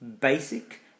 Basic